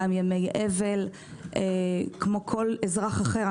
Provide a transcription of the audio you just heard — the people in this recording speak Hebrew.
גם ימי אבל כמו כל אזרח אחר.